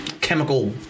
chemical